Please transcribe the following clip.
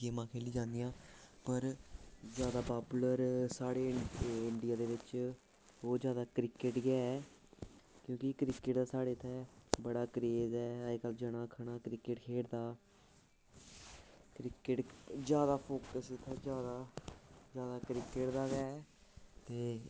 गेमां खेली जंदियां पर जादा पापूलर साढ़े इंडिया दे बिच्च ओह् जादा क्रिकेट गै क्योंकि क्रिकेट दा साढ़े इत्थें बड़ा क्रेज़ ऐ अज्जकल जना खना क्रिकेट खेढदा क्रिकेट जादा फोकस इत्थें जादा जादा क्रिकेट गै ते